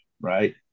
Right